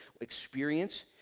experience